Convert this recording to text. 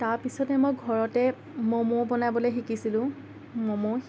তাৰপিছতে মই ঘৰতে ম'ম' বনাবলৈ শিকিছিলোঁ ম'ম'